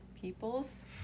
peoples